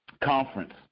conference